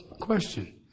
question